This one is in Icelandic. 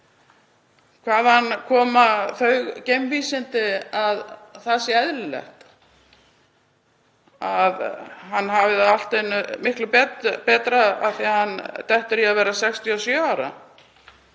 Hvaðan koma þau geimvísindi að það sé eðlilegt að hann hafi það allt í einu miklu betra af því að hann dettur í að verða 67 ára?